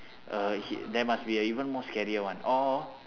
uh he there must be a even more scarier one or